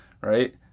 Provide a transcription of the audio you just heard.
right